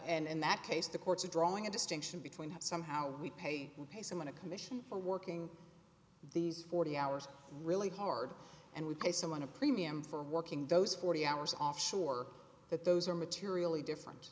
and in that case the courts are drawing a distinction between that somehow we pay and pay someone a commission for working these forty hours really hard and we pay someone a premium for working those forty hours off sure that those are materially different